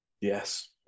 Yes